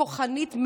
כוחנית,